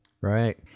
Right